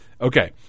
Okay